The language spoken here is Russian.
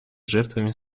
жертвами